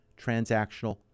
transactional